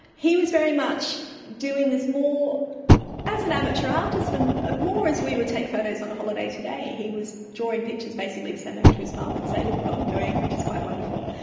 he was very much doing this more as an amateur artist and ah more as we would take photos on a holiday today, he was drawing pictures basically to send home to his mum and say look what i'm doing, which is quite wonderful.